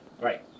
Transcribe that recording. Right